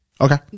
okay